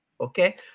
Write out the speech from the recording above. okay